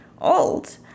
old